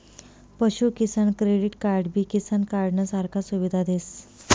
पशु किसान क्रेडिट कार्डबी किसान कार्डनं सारखा सुविधा देस